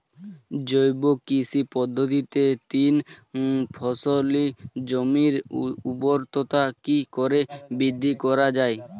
জৈব কৃষি পদ্ধতিতে তিন ফসলী জমির ঊর্বরতা কি করে বৃদ্ধি করা য়ায়?